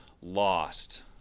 lost